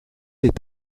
est